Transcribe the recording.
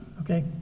Okay